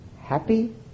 happy